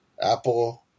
Apple